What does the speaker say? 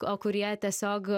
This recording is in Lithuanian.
o kurie tiesiog